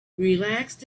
relaxed